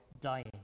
dying